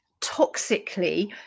toxically